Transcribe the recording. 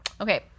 Okay